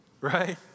right